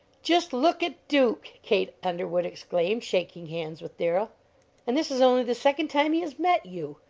just look at duke! kate underwood exclaimed, shaking hands with darrell and this is only the second time he has met you!